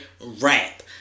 rap